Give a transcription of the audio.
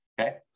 Okay